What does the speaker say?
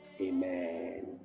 Amen